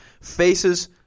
faces